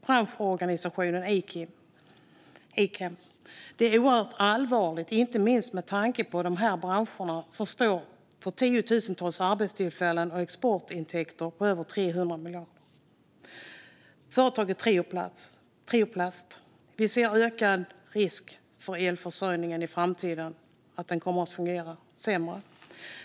Branschorganisationen IKEM: "Det är oerhört allvarligt inte minst med tanke på att de här branscherna står för tiotusentals arbetstillfällen och exportintäkter på över 300 miljarder kronor." Företaget Trioplast: "Vi ser ökande risk att elförsörjningen i framtiden kommer fungera sämre.